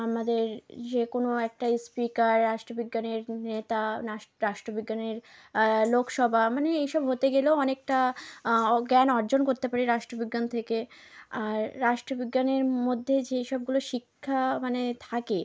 আমাদের যে কোনো একটা স্পিকার রাষ্ট্রবিজ্ঞানের নেতা রাষ্ট্রবিজ্ঞানের লোকসভা মানে এই সব হতে গেলেও অনেকটা জ্ঞান অর্জন করতে পারি রাষ্ট্রবিজ্ঞান থেকে আর রাষ্ট্রবিজ্ঞানের মধ্যে যেই সবগুলো শিক্ষা মানে থাকে